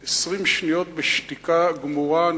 לבדוק אם מוחזק ילד בן עשר במתקן הכליאה "עופר",